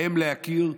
בהם להכיר?